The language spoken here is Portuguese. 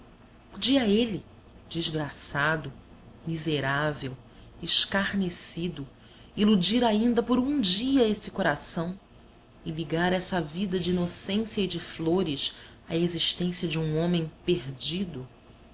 podia ele desgraçado miserável escarnecido iludir ainda por um dia esse coração e ligar essa vida de inocência e de flores à existência de um homem perdido